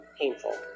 painful